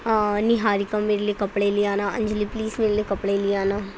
نہاریکا میرے لیے کپڑے لے آنا انجلی پلیز میرے لیے کپڑے لے آنا